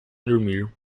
dormir